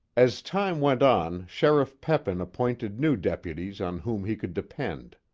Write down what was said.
as time went on, sheriff peppin appointed new deputies on whom he could depend.